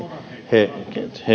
he